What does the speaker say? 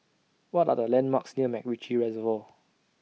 What Are The landmarks near Macritchie Reservoir